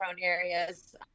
areas